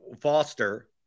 Foster